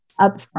upfront